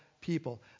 people